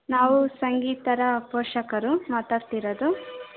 ನಾವು ಸಂಗೀತಳ ಪೋಷಕರು ಮಾತಾಡ್ತಿರೋದು